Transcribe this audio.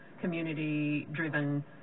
community-driven